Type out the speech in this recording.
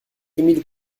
émile